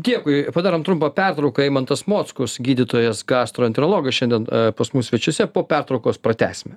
dėkui padarom trumpą pertrauką ekimantas mockus gydytojas gastroenterologas šiandien pas mus svečiuose po pertraukos pratęsime